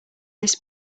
this